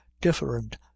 different